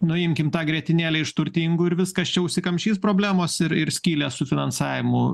nuimkim tą grietinėlę iš turtingų ir viskas čia užsikamšys problemos ir ir skylės su finansavimu